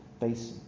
basin